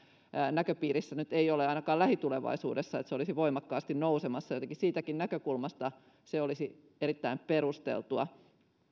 näköpiirissä nyt ei ole ainakaan lähitulevaisuudessa että se olisi voimakkaasti nousemassa joten siitäkin näkökulmasta se olisi erittäin perusteltua